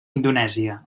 indonèsia